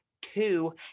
Two